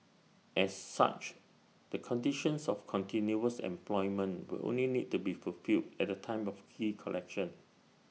as such the conditions of continuous employment will only need to be fulfilled at the time of key collection